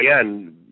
again